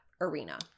arena